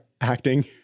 acting